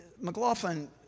McLaughlin